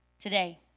today